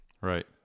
right